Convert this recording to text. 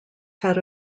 had